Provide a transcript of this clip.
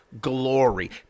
glory